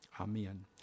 amen